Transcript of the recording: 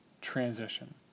transition